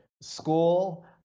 school